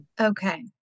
Okay